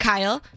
Kyle